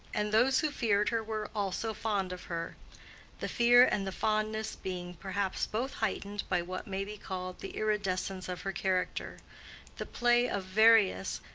and those who feared her were also fond of her the fear and the fondness being perhaps both heightened by what may be called the iridescence of her character the play of various,